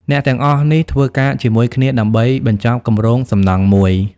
អ្នកទាំងអស់នេះធ្វើការជាមួយគ្នាដើម្បីបញ្ចប់គម្រោងសំណង់មួយ។